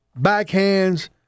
Backhands